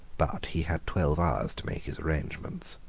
but he had twelve hours to make his arrangements.